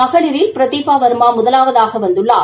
மகளிரில் பிதிபா வா்மா முதலாவதாக வந்துள்ளார்